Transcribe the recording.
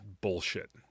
bullshit